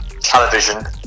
television